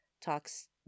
talks